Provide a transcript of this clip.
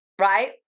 Right